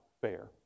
fair